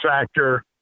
factor